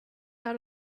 out